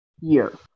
year